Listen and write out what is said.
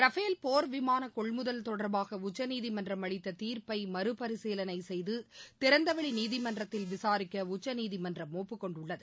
Rafale போர் விமான கொள்முதல் தொடர்பாக உச்சநீதிமன்றம் அளித்த தீர்ப்பை மறுபரிசீலனை செய்து திறந்தவெளி நீதிமன்றத்தில் விசாரிக்க உச்சநீதிமன்றம் ஒப்புக் கொண்டுள்ளது